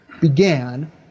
began